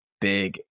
big